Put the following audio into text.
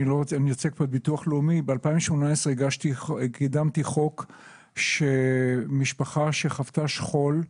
ב-2018 קידמתי חוק שמשפחה שחוותה שכול,